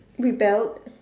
rebelled